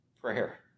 prayer